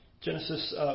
Genesis